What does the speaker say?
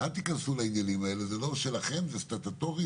מלווה של אדם שנפטר,